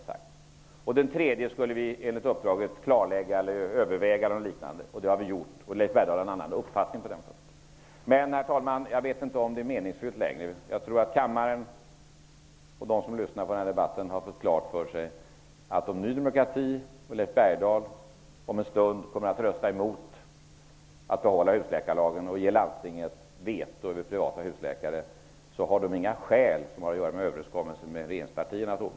Den tredje åtgärden skulle vi enligt uppdraget överväga, och det har vi gjort. Leif Bergdahl har en annan uppfattning på den punkten. Her talman! Jag vet inte om det längre är meningsfullt att diskutera. Jag tror att kammaren och de som lyssnar till denna debatt har fått klart för sig att om Ny demokrati och Leif Bergdahl om en stund kommer att rösta emot förslaget att behålla husläkarlagen och ge landstinget vetorätt när det gäller privata husläkare, har de inga skäl att åberopa som har med överenskommelsen med regeringspartierna att göra.